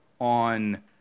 on